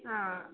ಹಾಂ